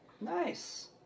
Nice